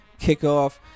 kickoff